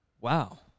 Wow